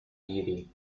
beauty